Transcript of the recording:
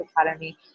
Academy